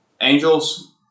Angels